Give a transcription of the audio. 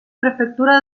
prefectura